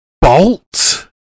Bolt